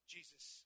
Jesus